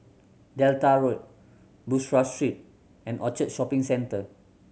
Delta Road Bussorah Street and Orchard Shopping Centre